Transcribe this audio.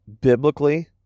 Biblically